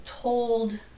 told